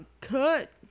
cut